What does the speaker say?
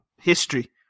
history